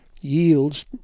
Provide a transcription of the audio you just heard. yields